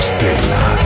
Stella